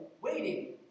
waiting